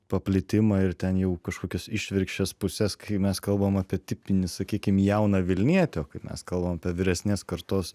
paplitimą ir ten jau kažkokios išvirkščias puses kai mes kalbam apie tipinį sakykim jauną vilnietį o kaip mes kalbam apie vyresnės kartos